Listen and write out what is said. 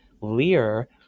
Lear